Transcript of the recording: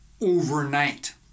overnight